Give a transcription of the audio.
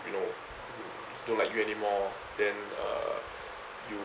you know you don't like you anymore then uh you